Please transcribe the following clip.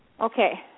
Okay